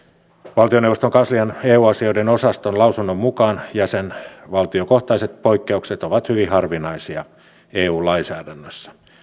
valtioneuvoston kanslian eu asioiden osaston lausunnon mukaan jäsenvaltiokohtaiset poikkeukset ovat hyvin harvinaisia eu lainsäädännössä